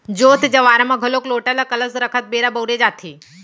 जोत जँवारा म घलोक लोटा ल कलस रखत बेरा बउरे जाथे